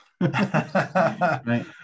right